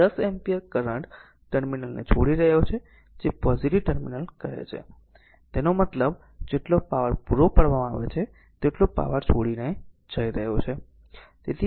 તેથી 10 ampere current ટર્મિનલને છોડી રહ્યો છે જેને પોઝીટીવ ટર્મિનલ કહે છે તેનો મતલબ જેટલો પાવર પૂરો પાડવામાં આવે છે તેટલો પાવર છોડીને જઈ રહ્યો છે